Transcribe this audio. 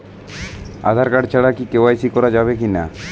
Aadhaar card ছাড়া KYC করা যাবে কি না?